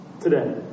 today